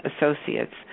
associates